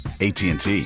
ATT